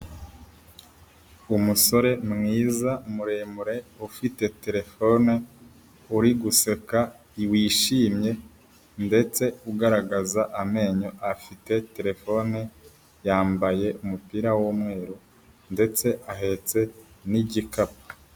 Umusore mwiza muremure ufite terefone uri guseka wishimye ndetse ugaragaza amenyo, afite telefone yambaye umupira w'umweru ndetse ahetse n'igikapu.